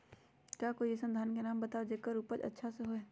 का कोई अइसन धान के नाम बताएब जेकर उपज अच्छा से होय?